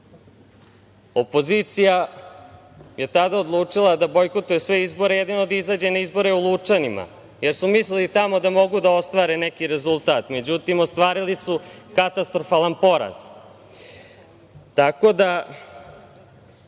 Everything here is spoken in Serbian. Opozicija je tada odlučila da bojkotuje sve izbore, jedino da izađe na izborima u Lučanima, jer su mislili tamo da mogu da ostvare neki rezultat. Međutim, ostvarili su katastrofalan poraz.